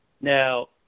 Now